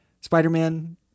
Spider-Man